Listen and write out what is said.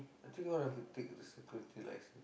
I think all have to take the security licence